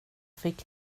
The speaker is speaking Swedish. fick